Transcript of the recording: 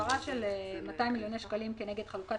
ההעברה של 200 מיליוני שקלים כנגד חלוקת